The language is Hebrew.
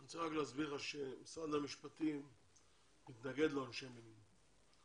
אני רוצה להסביר לך שמשרד המשפטים מתנגד לעונשי מינימום.